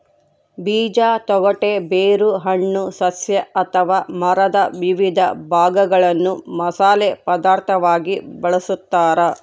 ಬೀಜ ತೊಗಟೆ ಬೇರು ಹಣ್ಣು ಸಸ್ಯ ಅಥವಾ ಮರದ ವಿವಿಧ ಭಾಗಗಳನ್ನು ಮಸಾಲೆ ಪದಾರ್ಥವಾಗಿ ಬಳಸತಾರ